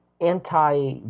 anti